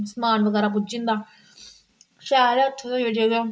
समान बगैरा पुज्जी जंदा शाल ऐ उत्थूं दा जे किश